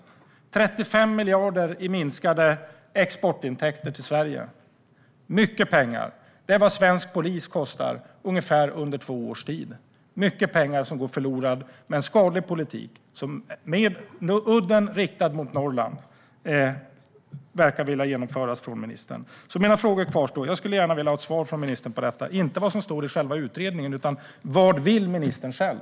Det leder till 35 miljarder i minskade exportintäkter till Sverige. Det är mycket pengar. Det är vad svensk polis kostar under cirka två års tid. Det är mycket pengar som går förlorade med en skadlig politik som riktar udden mot Norrland som ministern verkar vilja genomföra. Mina frågor kvarstår. Jag skulle gärna vilja ha ett svar från ministern på dem, inte vad som står i själva utredningen utan: Vad vill ministern själv?